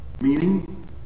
Meaning